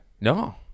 No